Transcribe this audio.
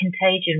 contagion